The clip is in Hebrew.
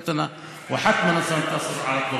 נגן על קיומנו ונשיג את זכויותינו עד שננחל ניצחון על העריצות.)